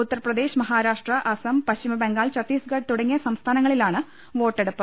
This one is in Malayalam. ഉത്തർപ്രദേശ് മഹാ രാഷ്ട്ര അസം പശ്ചിമബംഗാൾ ഛത്തീസ്ഗഢ് തുടങ്ങിയ സംസ്ഥാനങ്ങളിലാണ് വോട്ടെടുപ്പ്